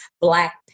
black